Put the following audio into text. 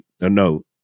No